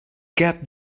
get